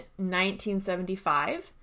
1975